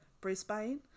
Brisbane